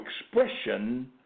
expression